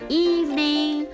evening